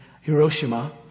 Hiroshima